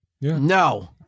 no